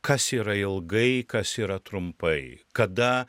kas yra ilgai kas yra trumpai kada